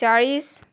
चाळीस